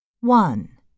One